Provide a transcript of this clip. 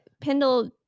pendle